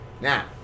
Now